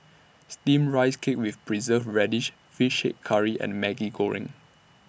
Steamed Rice Cake with Preserved Radish Fish Head Curry and Maggi Goreng